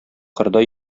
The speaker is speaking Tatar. кырда